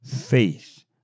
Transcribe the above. faith